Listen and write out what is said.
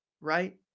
Right